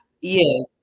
Yes